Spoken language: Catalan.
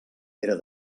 era